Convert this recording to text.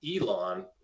Elon